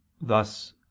thus